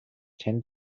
tend